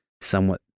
somewhat